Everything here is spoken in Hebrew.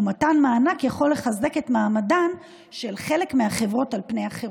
ומתן מענק יכול לחזק את מעמדן של חלק מהחברות על פני אחרות.